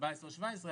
14% או 17%,